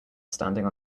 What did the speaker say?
standing